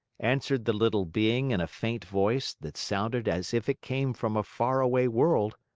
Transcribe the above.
answered the little being in a faint voice that sounded as if it came from a far-away world.